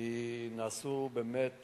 כי נעשו באמת